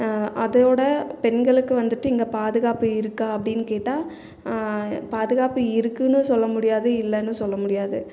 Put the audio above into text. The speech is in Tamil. அதோடு பெண்களுக்கு வந்துட்டு இங்கே பாதுகாப்பு இருக்கா அப்படினு கேட்டால் பாதுகாப்பு இருக்குதுனு சொல்ல முடியாது இல்லைனு சொல்ல முடியாது